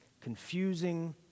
confusing